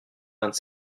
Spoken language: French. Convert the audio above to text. vingt